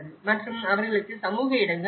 மற்றும் அவர்களுக்கு சமூக இடங்கள் உள்ளன